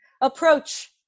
Approach